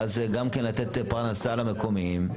ואז גם כן לתת פרנסה למקומיים.